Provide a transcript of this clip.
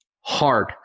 hard